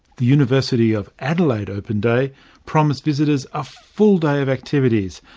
the university of adelaide open day promised visitors a full day of activities,